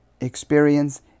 experience